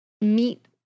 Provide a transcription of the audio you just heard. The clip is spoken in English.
meet